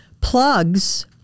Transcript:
plugs